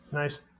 Nice